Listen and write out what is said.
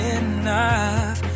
enough